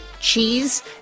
cheese